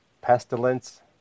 Pestilence